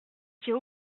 pied